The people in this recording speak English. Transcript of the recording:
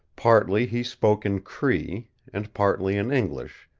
partly he spoke in cree, and partly in english,